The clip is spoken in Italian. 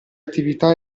attività